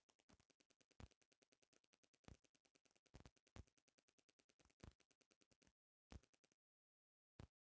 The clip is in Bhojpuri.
दुर्घटना बीमा से दुर्घटना के दौरान आर्थिक नुकसान के कम करे में मदद मिलेला